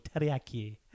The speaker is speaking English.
teriyaki